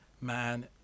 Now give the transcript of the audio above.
man